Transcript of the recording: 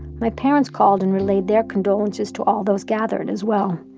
my parents called and relayed their condolences to all those gathered, as well.